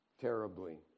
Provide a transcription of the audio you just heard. terribly